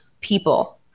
people